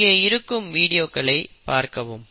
இங்கே இருக்கும் வீடியோக்களை பார்க்கவும்